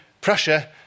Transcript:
Prussia